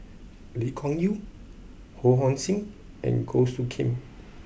Lee Kuan Yew Ho Hong Sing and Goh Soo Khim